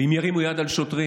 ואם ירימו יד על שוטרים,